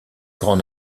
grand